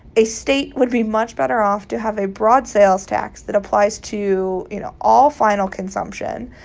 a state would be much better off to have a broad sales tax that applies to, you know, all final consumption.